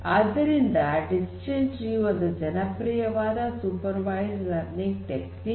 ಆದ್ದರಿಂದ decision tree ಒಂದು ಜನಪ್ರಿಯವಾದ ಸೂಪರ್ ವೈಸ್ಡ್ ಲರ್ನಿಂಗ್ ಟೆಕ್ನಿಕ್